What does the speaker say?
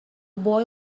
boy